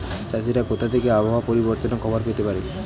চাষিরা কোথা থেকে আবহাওয়া পরিবর্তনের খবর পেতে পারে?